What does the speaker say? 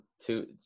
two